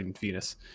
Venus